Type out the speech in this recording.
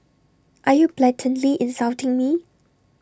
are you blatantly insulting me